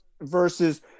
versus